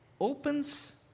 opens